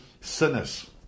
sinners